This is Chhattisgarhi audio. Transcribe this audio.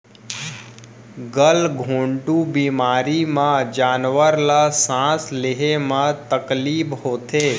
गल घोंटू बेमारी म जानवर ल सांस लेहे म तकलीफ होथे